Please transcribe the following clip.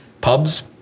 pubs